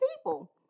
people